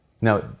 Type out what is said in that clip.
Now